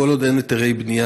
כל עוד אין היתרי בנייה.